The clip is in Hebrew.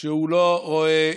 שהוא לא רואה